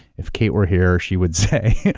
if kate were here she would say.